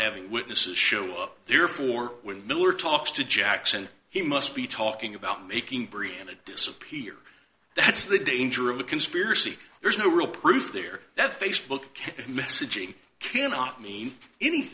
having witnesses show up there for when miller talks to jackson he must be talking about making briana disappear that's the danger of the conspiracy there is no real proof there that facebook messaging cannot mean